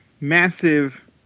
massive